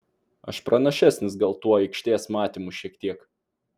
aš pranašesnis gal tuo aikštės matymu šiek tiek